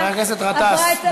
חבר הכנסת גטאס,